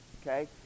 okay